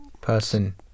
person